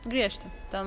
griežti ten